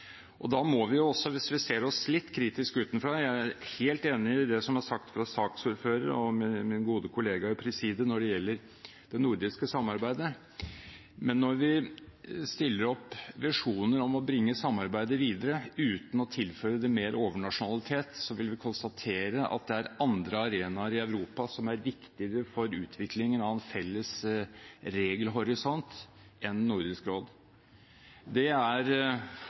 nasjonalforsamlinger. Da må vi jo også se oss selv litt kritisk utenfra. Jeg er helt enig i det som er sagt av saksordføreren og min gode kollega i presidiet når det gjelder det nordiske samarbeidet, men når vi stiller opp visjoner om å bringe samarbeidet videre uten å tilføre det mer overnasjonalitet, vil vi konstatere at det er andre arenaer i Europa som er viktigere for utviklingen av en felles regelhorisont enn Nordisk råd. Det er